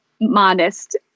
modest